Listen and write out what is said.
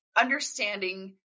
Understanding